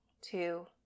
two